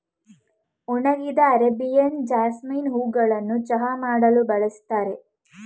ಒಣಗಿದ Arabian jasmine ಹೂಗಳನ್ನು ಚಹಾ ಮಾಡಲು ಬಳ್ಸತ್ತರೆ